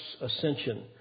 ascension